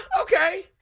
okay